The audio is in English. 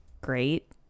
great